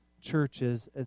churches